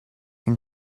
can